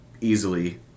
easily